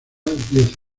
diez